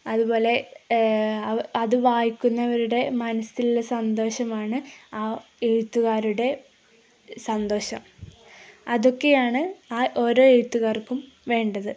അതുപോലെ അതു വായിക്കുന്നവരുടെ മനസ്സിലുള്ള സന്തോഷമാണ് ആ എഴുത്തുകാരുടെ സന്തോഷം അതൊക്കെയാണ് ആ ഓരോ എഴുത്തുകാർക്കും വേണ്ടത്